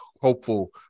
hopeful